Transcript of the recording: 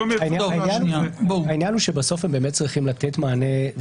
העניין הוא שבסוף הם באמת צריכים לתת מענה,